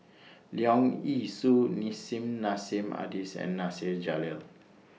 Leong Yee Soo Nissim Nassim Adis and Nasir Jalil